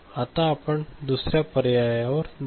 आता आपण दुसर्या पर्यायावर जाऊ